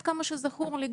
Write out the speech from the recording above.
עד כמה שזכור לי,